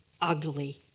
ugly